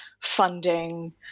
funding